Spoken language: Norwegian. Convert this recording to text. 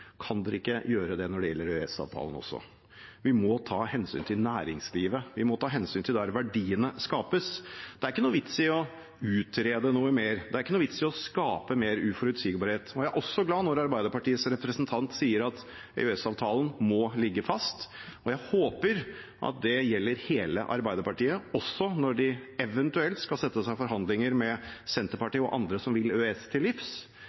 Kan dere ikke gjøre det også når det gjelder EØS-avtalen? Vi må ta hensyn til næringslivet. Vi må ta hensyn til der verdiene skapes. Det er ikke noen vits i å utrede noe mer. Det er ikke noe vits i å skape mer uforutsigbarhet. Jeg er også glad når Arbeiderpartiets representant sier at EØS-avtalen må ligge fast, og jeg håper at det gjelder hele Arbeiderpartiet, også når de eventuelt skal sette seg til forhandlinger med Senterpartiet og andre som vil EØS-avtalen til livs